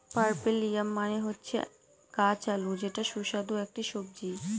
purple yam মানে হচ্ছে গাছ আলু যেটা সুস্বাদু একটি সবজি